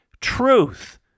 truth